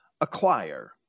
acquire